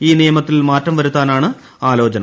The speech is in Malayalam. ഈ നിയമത്തിൽ മാറ്റം വരുത്താനാണ് ആലോചന